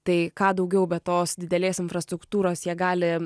tai ką daugiau be tos didelės infrastruktūros jie gali